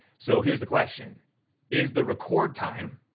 so here's the question is the record time,